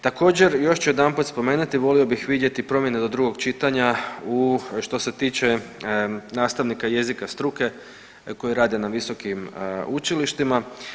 Također još ću jedanput spomenuti volio bih vidjeti promjene do drugog čitanja u što se tiče nastavnika jezika struke koji rade na visokim učilištima.